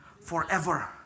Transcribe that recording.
forever